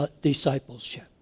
discipleship